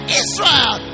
israel